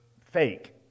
fake